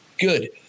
Good